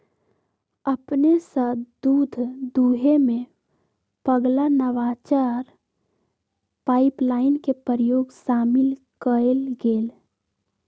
अपने स दूध दूहेमें पगला नवाचार पाइपलाइन के प्रयोग शामिल कएल गेल